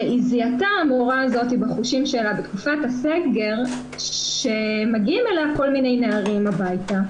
שהמורה זיהתה בחושים שלה בתקופת הסגר שמגיעים אליה כל מיני נערים הביתה.